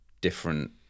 different